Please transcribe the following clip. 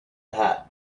hat